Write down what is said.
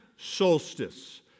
solstice